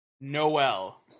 Noel